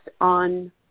on